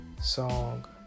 Song